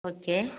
okay